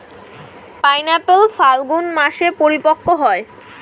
pineapple ফাল্গুন মাসে পরিপক্ব হয়